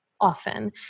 often